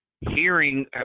hearing